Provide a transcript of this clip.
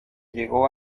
llegó